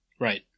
Right